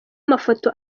amafoto